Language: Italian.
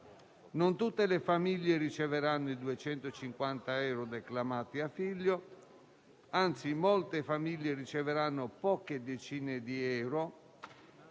non tutte le famiglie riceveranno i declamati 250 euro a figlio; anzi, molte famiglie riceveranno poche decine di euro